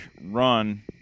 run